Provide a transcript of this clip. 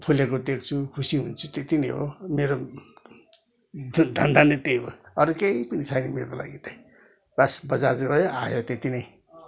फुलेको देख्छु खुसी हुन्छु त्यति नै हो मेरो ध धन्दा नै त्यही हो अरू केही पनि छैन मेरो लागि चाहिँ बस बजार गयो आयो त्यति नै